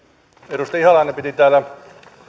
edustaja ihalainen piti täällä